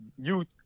youth